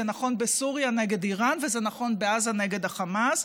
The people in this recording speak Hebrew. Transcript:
זה נכון בסוריה נגד איראן וזה נכון בעזה נגד החמאס.